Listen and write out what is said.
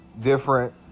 different